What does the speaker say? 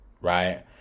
right